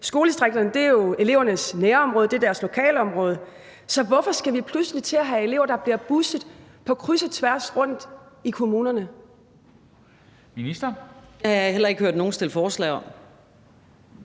Skoledistrikterne er jo elevernes nærområde; det er deres lokalområde. Så hvorfor skal vi pludselig til at have elever, der bliver busset rundt på kryds og tværs i kommunerne? Kl. 13:36 Formanden (Henrik Dam